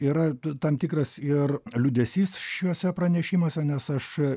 yra tam tikras ir liūdesys šiuose pranešimuose nes aš